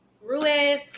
Ruiz